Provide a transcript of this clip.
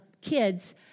kids